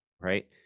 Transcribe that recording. right